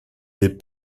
des